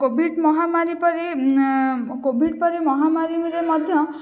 Covid ମହାମାରୀ ପରି COVID ପରିି ମହାମାରୀରେ ମଧ୍ୟ